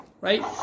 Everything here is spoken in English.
right